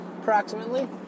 approximately